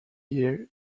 year